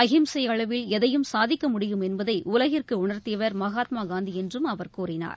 அகிம்சை அளவில் எதையும் சாதிக்க முடியும் என்பதை உலகிற்கு உணர்த்தியவர் மகாத்மாகாந்தி என்றும் அவர் கூறினார்